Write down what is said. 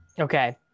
Okay